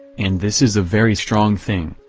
and this is a very strong thing,